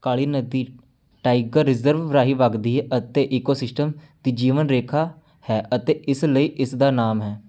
ਕਾਲੀ ਨਦੀ tiger reserve ਰਾਹੀਂ ਵਗਦੀ ਹੈ ਅਤੇ ਈਕੋਸਿਸਟਮ ਦੀ ਜੀਵਨ ਰੇਖਾ ਹੈ ਅਤੇ ਇਸ ਲਈ ਇਸ ਦਾ ਨਾਮ ਹੈ